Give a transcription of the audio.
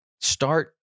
start